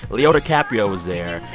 leo dicaprio was there.